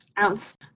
ounce